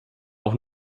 auch